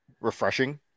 refreshing